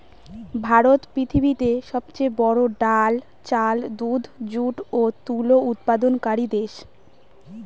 ভারত পৃথিবীতে সবচেয়ে বড়ো ডাল, চাল, দুধ, যুট ও তুলো উৎপাদনকারী দেশ